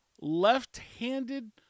left-handed